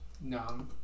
No